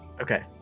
Okay